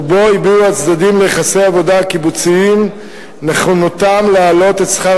ובו הביעו הצדדים ליחסי העבודה הקיבוציים את נכונותם להעלות את שכר